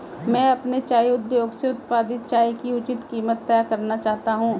मैं अपने चाय उद्योग से उत्पादित चाय की उचित कीमत तय करना चाहता हूं